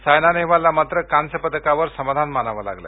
सायना नेहवालला मात्र कांस्यपदकावर समाधान मानावं लागलं